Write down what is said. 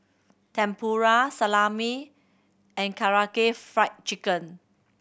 Tempura Salami and Karaage Fried Chicken